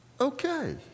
okay